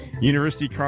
University